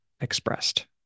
expressed